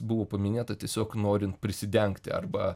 buvo paminėta tiesiog norint prisidengti arba